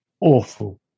awful